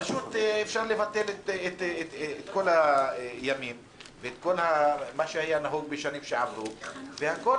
פשוט אפשר לבטל את כל הימים ואת כל מה שהיה נהוג בשנים שעברו כדי